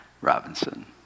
Robinson